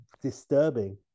disturbing